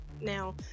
now